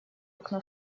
окно